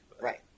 Right